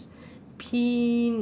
pick